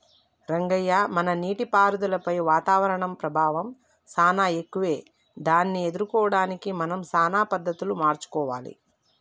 రంగయ్య మన నీటిపారుదలపై వాతావరణం ప్రభావం సానా ఎక్కువే దాన్ని ఎదుర్కోవడానికి మనం సానా పద్ధతులు మార్చుకోవాలి